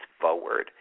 forward